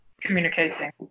communicating